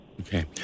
Okay